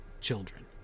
children